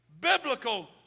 biblical